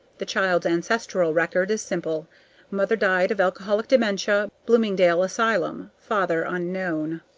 the child's ancestral record is simple mother died of alcoholic dementia, bloomingdale asylum. father unknown.